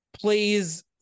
plays